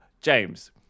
James